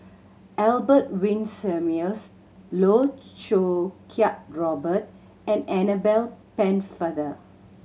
Albert Winsemius Loh Choo Kiat Robert and Annabel Pennefather